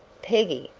peggy,